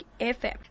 FM